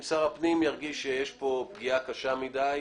אם שר הפנים ירגיש שיש פה פגיעה קשה מדי,